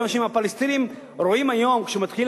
כיוון שאם הפלסטינים רואים היום שמתחיל